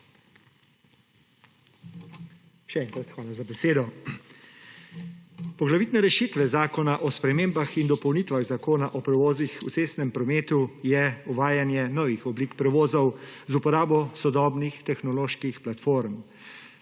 Še enkrat hvala za besedo. Poglavitne rešitve Zakona o spremembah in dopolnitvah Zakona o prevozih v cestnem prometu so uvajanje novih oblik prevozov z uporabo sodobnih tehnoloških platform.